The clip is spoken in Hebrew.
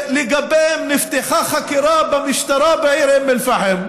שלגביהם נפתחה חקירה במשטרה בעיר אום אל-פחם,